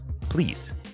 please